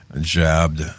jabbed